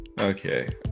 Okay